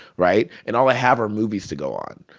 right? and all i have are movies to go on.